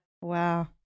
Wow